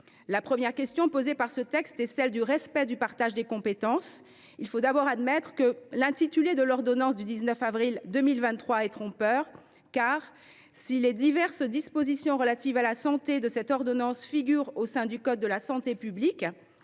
La première question posée par ce texte est celle du respect du partage des compétences. Il faut d’abord admettre que l’intitulé de l’ordonnance du 19 avril 2023 est trompeur, car, si les « diverses dispositions relatives à la santé » de cette ordonnance figurent au sein du code de la santé publique,